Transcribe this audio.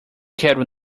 quero